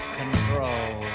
control